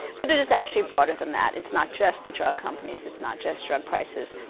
but it is actually broader than that. it's not just the drug companies. it's not just drug prices.